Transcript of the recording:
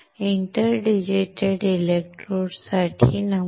inter digitated इलेक्ट्रोडसाठी नमुने